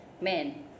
Men